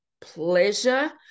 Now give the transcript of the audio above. pleasure